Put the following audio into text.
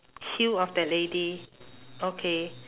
heel of that lady okay